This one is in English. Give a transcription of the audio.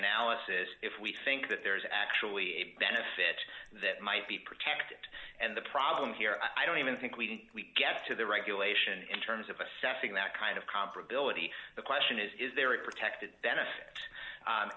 analysis if we think that there is actually a benefit that might be protected and the problem here i don't even think we can get to the regulation in terms of assessing that kind of comparability the question is is there a protected benefit